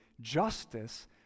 justice